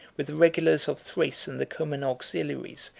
with the regulars of thrace and the coman auxiliaries,